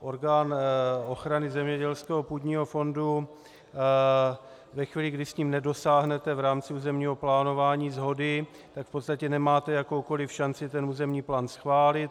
Orgán ochrany zemědělského půdního fondu ve chvíli, kdy s ním nedosáhnete v rámci územního plánování shody, v podstatě nemáte jakoukoliv šanci ten územní plán schválit.